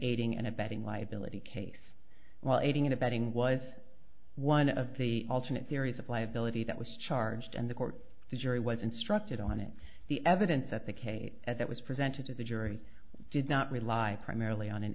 aiding and abetting liability case while aiding and abetting was one of the alternate theories of liability that was charged and the court the jury was instructed on it the evidence at the cape as it was presented to the jury did not rely primarily on